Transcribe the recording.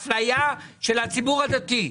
זו אפליה של הציבור הדתי.